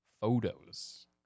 photos